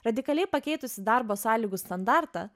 radikaliai pakeitusi darbo sąlygų standartą